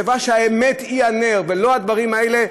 חברה שהאמת היא הנר ולא הדברים האלה,